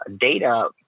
Data